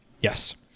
Yes